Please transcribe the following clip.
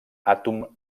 àtom